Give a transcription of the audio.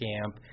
camp